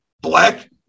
black